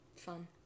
fun